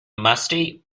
musty